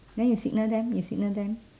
then you signal them you signal them